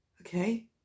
Okay